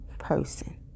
person